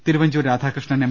Thiruvanchoor Radhakrishnan M